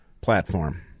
platform